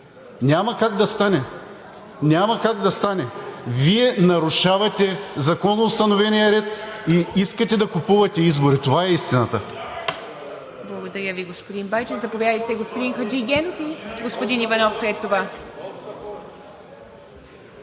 Няма как да стане, няма как да стане! Вие нарушавате законоустановения ред и искате да купувате избори. Това е истината!